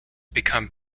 become